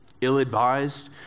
ill-advised